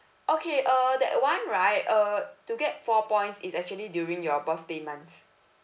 okay uh that [one] right uh to get four points is actually during your birthday month